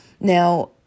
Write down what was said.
Now